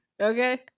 Okay